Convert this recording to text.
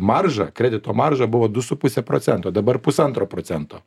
marža kredito marža buvo du su puse procento dabar pusantro procento